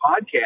podcast